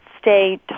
stay